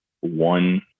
one